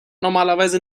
normalerweise